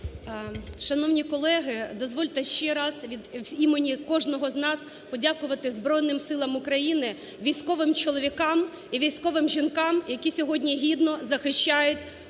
Шановні колеги, дозвольте ще раз від імені кожного з нас подякувати Збройним Силам України, військовим чоловікам і військовим жінкам, які сьогодні гідно захищають